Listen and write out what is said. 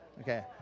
okay